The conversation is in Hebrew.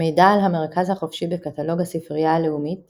מידע על המרכז החופשי בקטלוג הספרייה הלאומית